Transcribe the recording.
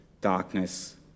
darkness